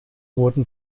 wurde